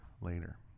later